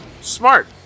Smart